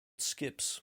skips